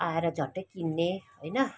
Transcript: आएर झट्टै किन्ने होइन